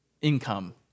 income